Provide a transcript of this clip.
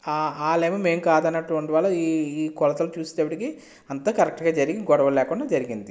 వాళ్ళు ఏమో మేము కాదనటం వల్ల ఈ కొలతలు చూసేటప్పటికి అంతా కరెక్ట్గా జరిగి గొడవలు లేకుండా జరిగింది